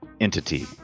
entity